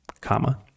comma